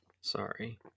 Sorry